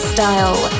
Style